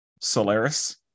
Solaris